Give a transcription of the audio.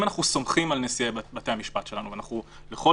אם אנחנו סומכים על נשיאי בתי המשפט שלנו ואנחנו לכל